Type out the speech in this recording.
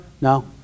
no